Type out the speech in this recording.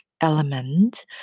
element